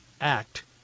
act